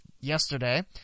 yesterday